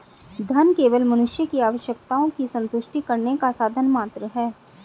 धन केवल मनुष्य की आवश्यकताओं की संतुष्टि करने का साधन मात्र है